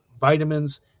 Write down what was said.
vitamins